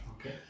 okay